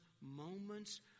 moments